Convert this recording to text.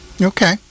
okay